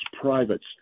privates